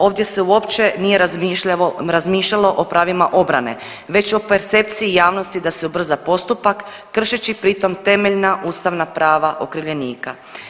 Ovdje se uopće nije razmišljalo o pravima obrane već o percepciji javnosti da se ubrza postupak kršeći pritom temeljna ustavna prava okrivljenika.